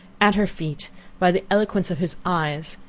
at her feet by the eloquence of his eyes,